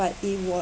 but it was